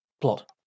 plot